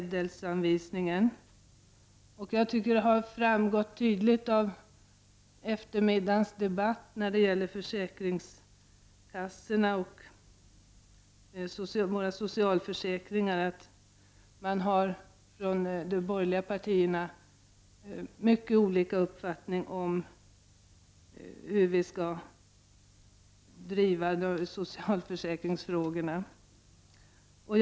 Det har framgått tydligt av eftermiddagens debatt om försäkringskassorna och socialförsäkringarna att de borgerliga partierna har mycket olika uppfattningar om hur socialförsäkringsfrågorna skall drivas.